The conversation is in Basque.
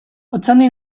otxandio